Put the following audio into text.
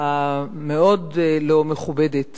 המאוד לא מכובדת